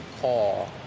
call